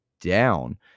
down